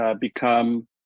become